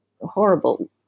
horrible